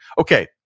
Okay